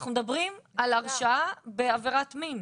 אנחנו מדברים על הרשעה בעבירת מין.